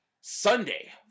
Sunday